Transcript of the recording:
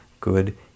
good